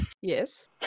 Yes